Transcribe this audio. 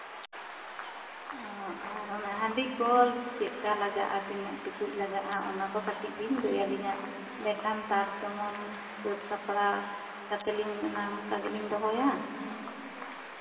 ᱟᱨ ᱚᱱᱟ ᱦᱟᱺᱰᱤ ᱠᱚ ᱪᱮᱫ ᱠᱟ ᱞᱟᱜᱟᱜᱼᱟ ᱟᱨ ᱛᱤᱱᱟᱹᱜ ᱴᱩᱠᱩᱡ ᱞᱟᱜᱟᱜᱼᱟ ᱚᱱᱟ ᱠᱚ ᱠᱟᱹᱴᱤᱡ ᱵᱤᱱ ᱞᱟᱹᱭ ᱟᱹᱞᱤᱧᱟ ᱞᱟᱹᱭ ᱞᱮᱠᱷᱟᱱ ᱛᱟᱨ ᱛᱮᱢᱚᱱ ᱥᱟᱹᱛ ᱥᱟᱯᱲᱟᱣ ᱠᱟᱛᱮᱜ ᱚᱱᱠᱟ ᱜᱮᱞᱤᱧ ᱫᱚᱦᱚᱭᱟ